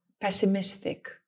pessimistic